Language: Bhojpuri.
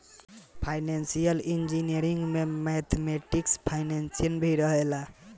फाइनेंसियल इंजीनियरिंग में मैथमेटिकल फाइनेंस भी रहेला